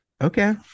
Okay